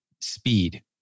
speed